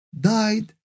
died